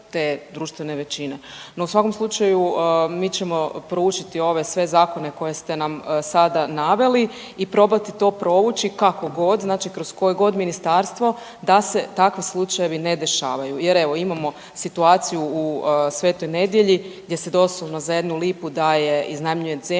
u svakom slučaju mi ćemo proučiti ove sve zakone koje ste nam sada naveli i probati to provući kako god znači kroz koje god ministarstvo da se takvi slučajevi ne dešavaju jer evo imamo situaciju u Svetoj Nedelji gdje se doslovno za 1 lipu daje, iznajmljuje zemljište